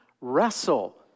wrestle